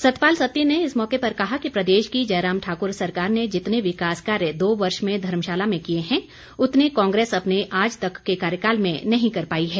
सतपाल सत्ती ने इस मौके पर कहा कि प्रदेश की जयराम ठाकुर सरकार ने जितने विकास कार्य दो वर्ष में धर्मशाला में किए हैं उतने कांग्रेस अपने आज तक के कार्यकाल में नहीं कर पाई है